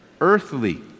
Earthly